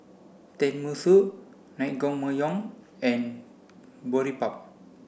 Tenmusu Naengmyeon and Boribap